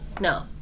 no